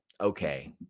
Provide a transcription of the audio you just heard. okay